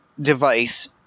device